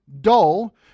dull